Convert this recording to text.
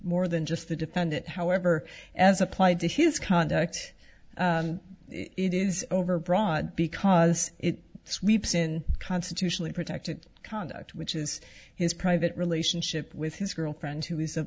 more than just the defendant however as applied to his conduct it is overbroad because it sweeps in constitutionally protected conduct which is his private relationship with his girlfriend who is